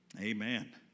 Amen